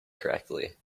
correctly